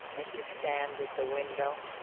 as you stand at the window.